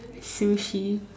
Sushi